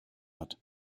hat